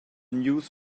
news